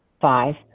Five